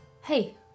Hey